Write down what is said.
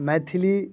Maithili